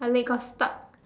my leg got stuck